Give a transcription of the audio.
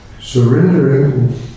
Surrendering